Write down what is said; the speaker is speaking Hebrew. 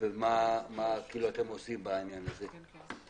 ומה אתם עושים בעניין הזה?